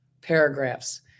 paragraphs